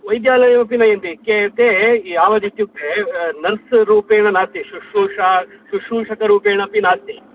वैद्यालयमपि नयन्ति के ते यावदित्युक्ते नर्स् रूपेण नास्ति शुश्रूषा शुश्रूषकरूपेण अपि नास्ति